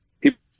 people